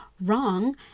wrong